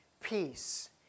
peace